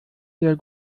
sehr